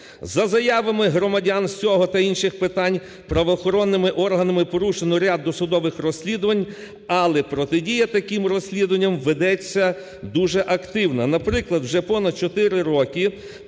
За заявами громадян з цього та інших питань правоохоронними органами порушено ряд досудових розслідувань, але протидія таким розслідуванням ведеться дуже активно. Наприклад, вже понад 4 роки